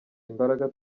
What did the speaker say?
imbaraga